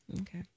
Okay